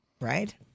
Right